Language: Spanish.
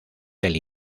del